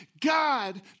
God